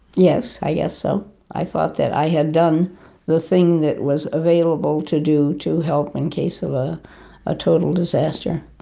yes, i guess so. i thought that i had done the thing that was available to do, to help in case of a ah total disaster.